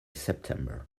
september